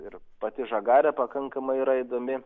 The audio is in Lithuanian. ir pati žagarė pakankamai yra įdomi